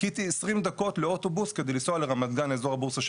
חיכיתי 20 דקות לאוטובוס כדי לנסוע לרמת גן לאזור הבורסה,